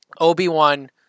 Obi-Wan